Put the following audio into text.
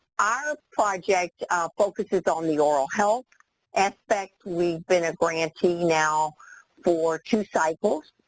our project focuses on the oral health aspect. we've been a grantee now for two cycles.